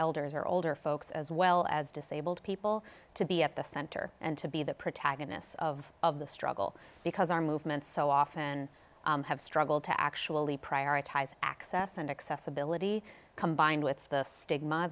elders or older folks as well as disabled people to at the center and to be the protagonists of of the struggle because our movements so often have struggled to actually prioritize access and accessibility combined with the stigma